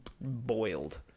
boiled